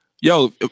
yo